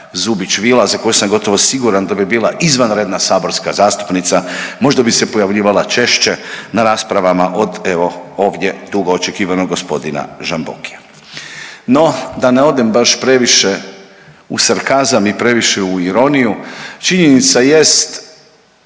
za koju sam gotovo siguran da bi bila izvanredna saborska zastupnica, možda bi se pojavljivala češće na raspravama od evo ovdje dugo očekivanog g. Žambokija. No, da ne odem baš previše u sarkazam i previše u ironiju činjenica jest